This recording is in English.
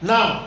Now